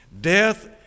Death